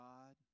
God